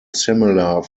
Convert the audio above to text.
similar